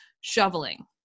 shoveling